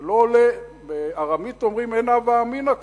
זה לא עולה, בארמית אומרים אין הווה אמינא כזאת,